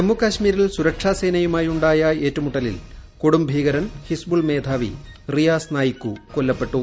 ജമ്മൂ കാശ്മീരിൽ സൂരക്ഷാസേനയുമായുണ്ടായ ഏറ്റുമൂട്ടലിൽ കൊടും ഭീകരൻ ഹിസ്ബുൾ മേധാവി റിയാസ് നായിക്കു കൊല്ലപ്പെട്ടു